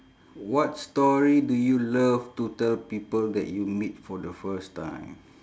what story do you love to tell people that you meet for the first time